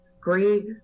great